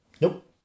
Nope